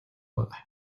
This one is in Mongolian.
байгаа